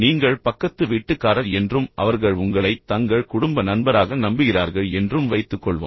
நீங்கள் பக்கத்து வீட்டுக்காரர் என்றும் அவர்கள் உங்களை தங்கள் குடும்ப நண்பராக நம்புகிறார்கள் என்றும் வைத்துக்கொள்வோம்